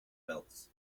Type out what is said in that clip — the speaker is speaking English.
belts